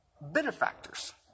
benefactors